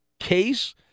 case